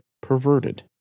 perverted